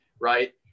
right